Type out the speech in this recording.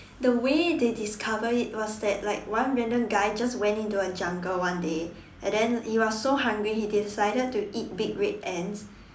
the way they discovered it was that like one random guy just went into a jungle one day and then he was so hungry he decided to eat big red ants